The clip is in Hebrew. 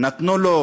נתנו לו